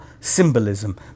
symbolism